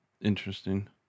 interesting